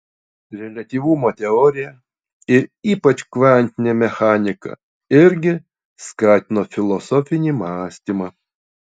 reliatyvumo teorija ir ypač kvantinė mechanika irgi skatino filosofinį mąstymą